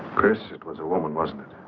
chris it was a woman wasn't